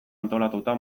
antolatuta